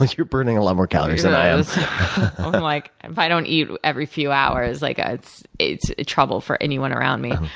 like you're burning a lot more calories than i ah like if i don't eat every few hours, like it's it's trouble for anyone around me.